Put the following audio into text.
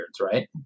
right